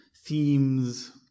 themes